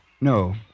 No